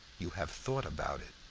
you have thought about it?